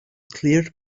cleared